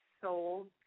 sold